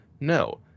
No